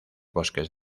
bosques